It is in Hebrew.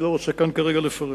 אני לא רוצה כאן כרגע לפרט.